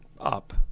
up